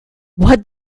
what